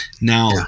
Now